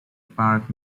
park